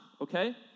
okay